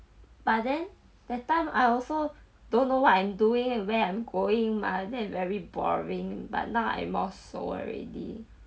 but then that time I also don't know what I'm doing and where I'm going mah then very boring but now I more 瘦 already